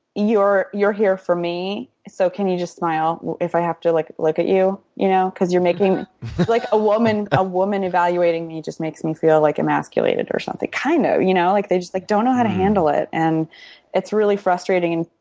you're you're here for me, so can you just smile if i have to like look at you, you know, because you're making like a ah woman evaluating me just makes me feel like emasculated or something. kind of, you know, like they just like don't know how to handle it. and it's really frustrating.